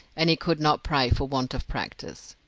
and he could not pray for want of practice.